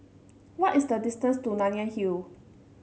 what is the distance to Nanyang Hill